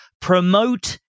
Promote